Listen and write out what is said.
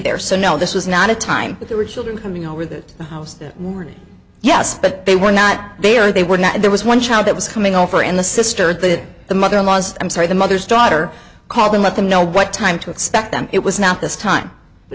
there so no this was not a time that there were children coming over the house that morning yes but they were not there they were not there was one child that was coming over in the sister that the mother in laws i'm sorry the mother's daughter called and let them know what time to expect them it was not this time